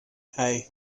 hey